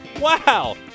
Wow